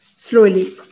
Slowly